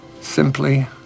simply